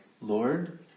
Lord